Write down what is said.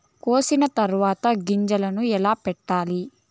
కోసిన తర్వాత గింజలను ఎలా పెట్టాలి